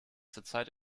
zurzeit